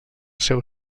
seu